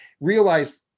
realize